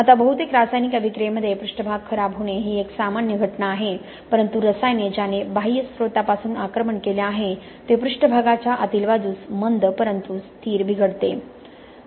आता बहुतेक रासायनिक अभिक्रियेमध्ये पृष्ठभाग खराब होणे ही एक सामान्य घटना आहे बहुतेक रसायने ज्याने बाह्य स्त्रोतापासून आक्रमण केले आहे ते पृष्ठभागाच्या आतील बाजूस मंद परंतु स्थिर बिघडते